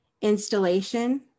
installation